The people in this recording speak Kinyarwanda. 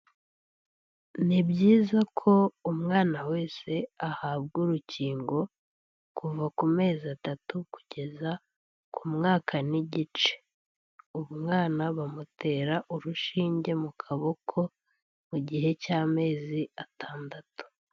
Ni byiza ko umwana wese ahabwa urukingo, kuva ku mezi atatu kugeza ku mwaka n'igice. Umwana bamutera urushinge mu kaboko, mu gihe cy'amezi atandatu.